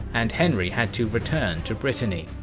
and henry had to return to brittany.